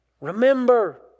Remember